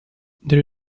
there